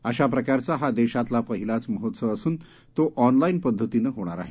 अशाप्रकारचा हा देशातला पहिलाच महोत्सव असून तो ऑनलाईन पद्धतीनं होणार आहे